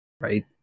right